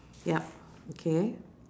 yup okay